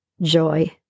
joy